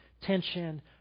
tension